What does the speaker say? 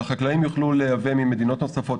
שהחקלאים יוכלו לייבא ממדינות נוספות,